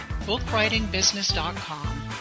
bookwritingbusiness.com